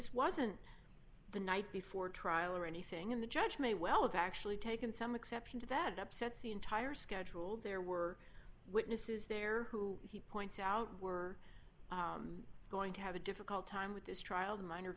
this wasn't the night before trial or anything in the judge may well have actually taken some exception to that upsets the entire schedule there were witnesses there who he points out were going to have a difficult time with this trial the minor